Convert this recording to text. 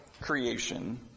creation